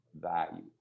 value